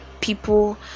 people